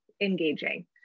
engaging